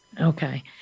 Okay